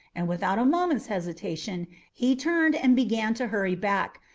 and without a moment's hesitation he turned and began to hurry back,